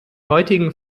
heutigen